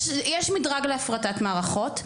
יש מדרג להפרטת מערכות.